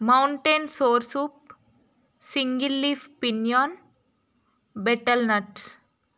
mountain soursop single leaf pinyon betel nuts